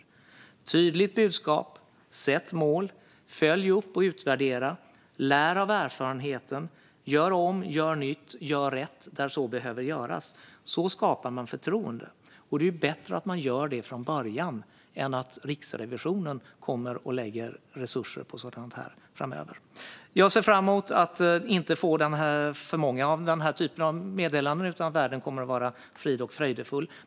Det gäller att ha ett tydligt budskap, att sätta mål, att följa upp och utvärdera, att lära av erfarenheten och att göra om, göra nytt och göra rätt där så behöver göras. Så skapar man förtroende, och det är bättre att man gör det från början än att Riksrevisionen kommer och lägger resurser på sådant här framöver. Jag ser fram emot att inte få för många meddelanden av denna typ och att världen kommer att vara fridfull och fröjdefull.